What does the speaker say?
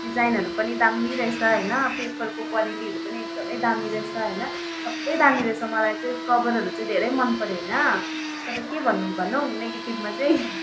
डिजाइनहरू पनि दामी रहेछ होइन पेपरको क्वालिटीहरू पनि एकदमै दामी रहेछ होइन सबै दामी रहेछ मलाई चाहिँ कभरहरू चाहिँ धेरै मनपर्यो होइन के भयो भनुँ नेगेटिभमा चाहिँ